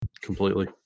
Completely